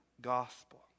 gospel